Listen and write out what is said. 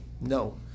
No